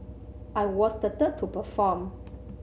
I was the third to perform